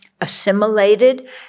assimilated